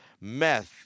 meth